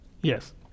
Yes